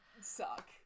suck